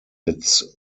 its